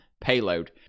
payload